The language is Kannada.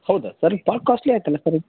ಹೌದಾ ಸರ್ ಇದು ಭಾಳ ಕಾಸ್ಟ್ಲಿ ಐತಲ್ಲ ಸರ್